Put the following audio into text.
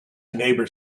neighbour